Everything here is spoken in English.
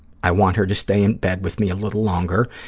i want her to stay in bed with me a little longer,